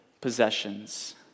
possessions